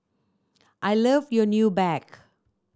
I love your new bag